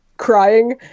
crying